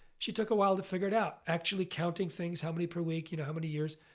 she took a while to figure it out actually counting things, how many per week, you know how many years.